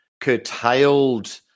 curtailed